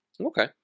Okay